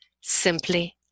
Simply